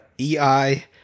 ei